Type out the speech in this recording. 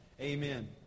Amen